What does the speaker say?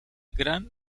gran